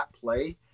play